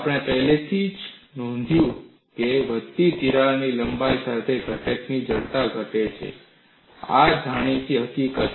આપણે પહેલેથી જ નોંધ્યું છે કે વધતી તિરાડ લંબાઈ સાથે ઘટકની જડતા ઘટે છે આ જાણીતી હકીકત છે